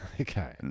Okay